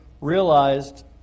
realized